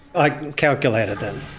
i calculated that.